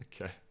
Okay